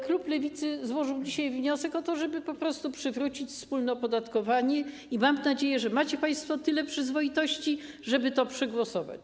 Klub Lewicy złożył dzisiaj wniosek o to, żeby po prostu przywrócić wspólne opodatkowanie, i mam nadzieję, że macie państwo tyle przyzwoitości, żeby to przegłosować.